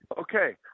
Okay